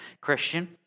Christian